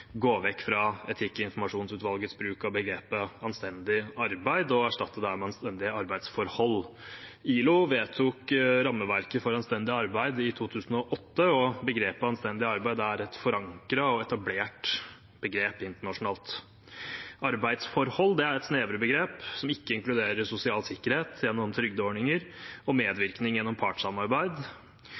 gå vekk fra etikkinformasjonsutvalgets bruk av begrepet «anstendig arbeid» og erstatte det med «anstendige arbeidsforhold». ILO vedtok rammeverket for anstendig arbeid i 2008, og begrepet «anstendig arbeid» er et forankret og etablert begrep internasjonalt. «Arbeidsforhold» er et snevrere begrep som ikke inkluderer sosial sikkerhet gjennom trygdeordninger og medvirkning gjennom partssamarbeid.